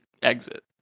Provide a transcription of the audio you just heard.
Exit